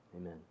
Amen